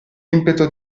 impeto